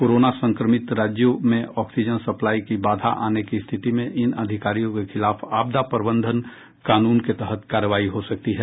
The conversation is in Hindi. कोरोना संक्रमित राज्यों में ऑक्सीजन सप्लाई की बाधा आने की स्थिति में इन अधिकारियों के खिलाफ आपदा प्रबंध कानून के तहत कार्रवाई हो सकती है